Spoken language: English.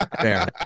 Fair